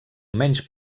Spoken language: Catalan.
menys